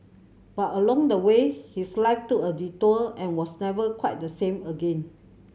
but along the way his life took a detour and was never quite the same again